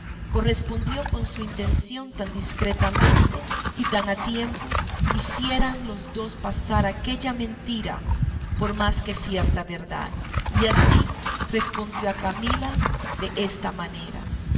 correspondió con su intención tan discretamente y tan a tiempo que hicieran los dos pasar aquella mentira por más que cierta verdad y así respondió a camila desta manera